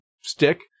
stick